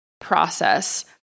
process